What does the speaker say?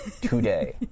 today